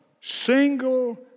single